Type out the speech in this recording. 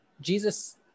Jesus